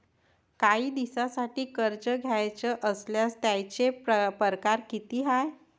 कायी दिसांसाठी कर्ज घ्याचं असल्यास त्यायचे परकार किती हाय?